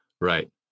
Right